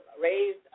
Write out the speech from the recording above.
raised